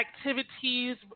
activities